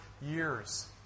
years